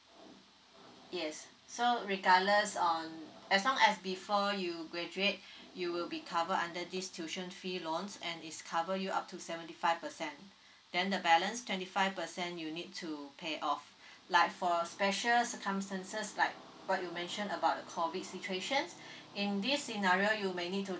yes so regardless on as long as before you graduate you will be cover under this tuition fee loans and is cover you up to seventy five percent then the balance twenty five percent you need to pay off like for special circumstances like what you mention about the COVID situations in this scenario you may need to